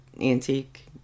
antique